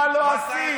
מה לא עשית,